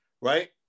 right